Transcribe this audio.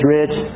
Rich